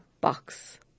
box